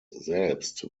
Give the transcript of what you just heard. selbst